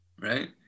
Right